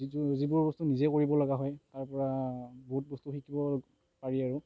যিটো যিবোৰ বস্তু নিজে কৰিবলগা হয় তাৰ পৰা বহুত বস্তু শিকিব পাৰি আৰু